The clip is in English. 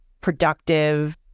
productive